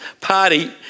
party